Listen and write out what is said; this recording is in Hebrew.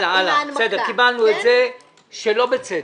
בסדר, קיבלנו את זה שלא בצדק.